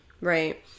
right